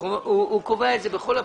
והוא קובע את זה בכל הפרויקטים.